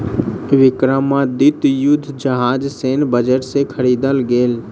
विक्रमादित्य युद्ध जहाज सैन्य बजट से ख़रीदल गेल